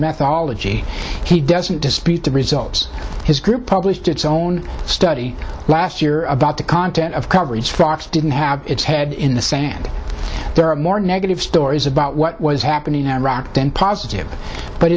methodology he doesn't dispute the results his group published its own study last year about the content of coverage fox didn't have its head in the sand there are more negative stories about what was happening in iraq then positive but